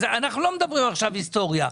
אנחנו לא מדברים עכשיו היסטוריה.